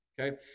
Okay